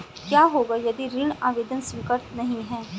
क्या होगा यदि ऋण आवेदन स्वीकृत नहीं है?